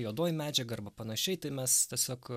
juodoji medžiaga arba panašiai tai mes tiesiog